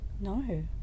no